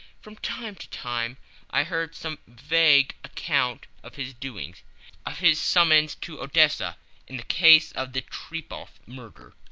from time to time i heard some vague account of his doings of his summons to odessa in the case of the trepoff murder,